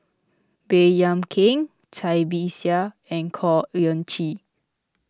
Baey Yam Keng Cai Bixia and Khor Ean Ghee